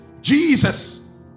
Jesus